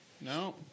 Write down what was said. no